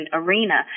arena